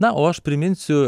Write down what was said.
na o aš priminsiu